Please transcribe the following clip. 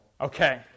Okay